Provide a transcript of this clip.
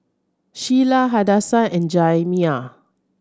Shyla Hadassah and Jaimie